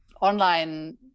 online